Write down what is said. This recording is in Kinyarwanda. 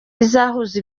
izahuza